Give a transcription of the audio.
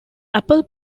apple